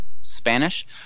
Spanish